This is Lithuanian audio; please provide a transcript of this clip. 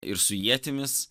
ir su ietimis